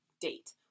date